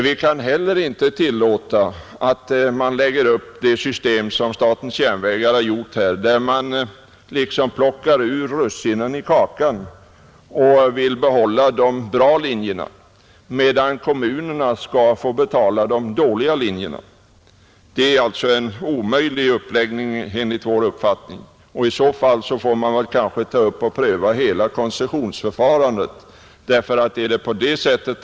Vi kan heller inte tillåta det system som statens järnvägar här har lagt upp — att man liksom plockar russinen ur kakan och vill behålla de bra linjerna, medan kommunerna skall få betala de dåliga linjerna, Det är en omöjlig uppläggning enligt vår uppfattning, Man får kanske ta upp hela koncessionsförfarandet till prövning.